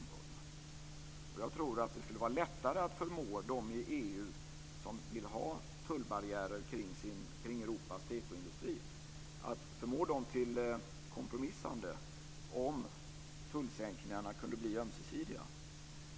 Jag tror att det skulle vara lättare att förmå dem i EU som vill ha tullbarriärer kring Europas tekoindustri till kompromissande om tullsänkningarna kunde bli ömsesidiga.